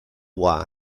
why